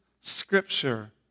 Scripture